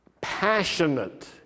passionate